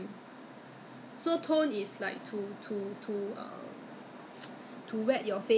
现在什么都不记得了 uh 我看我差不多我的我的 existing product 要用完了吗 so I think I'm about time to start